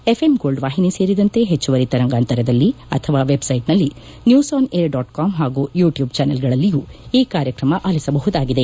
FM gold ವಾಹಿನಿ ಸೇರಿದಂತೆ ಹೆಚ್ಚುವರಿ ತರಂಗಾಂತರದಲ್ಲಿ ಅಥವಾ ವೆಬ್ಸೈಟ್ನಲ್ಲಿ news on air dot com ಹಾಗೂ ಯುಟ್ಟೂಬ್ ಚಾನಲ್ಗಳಲ್ಲಿಯೂ ಈ ಕಾರ್ಯಕಮವನ್ನು ಆಲಿಸಬಹುದಾಗಿದೆ